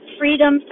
freedom